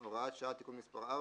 התשע"ח-2017"